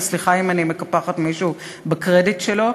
וסליחה אם אני מקפחת מישהו בקרדיט שלו.